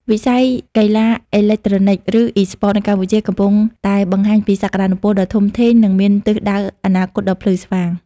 វិស័យកីឡាអេឡិចត្រូនិក ឬអុីស្ព័ត នៅកម្ពុជាកំពុងតែបង្ហាញពីសក្តានុពលដ៏ធំធេង និងមានទិសដៅអនាគតដ៏ភ្លឺស្វាង។